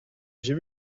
j’ai